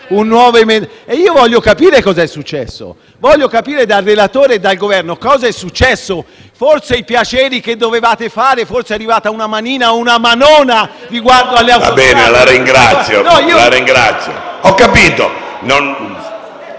e io voglio capire cosa è successo. Ripeto, voglio capire dal relatore e dal rappresentante del Governo che cosa è successo. Forse i piaceri che dovevate fare, forse è arrivata una manina o una manona riguardo ad Autostrade.